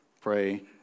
pray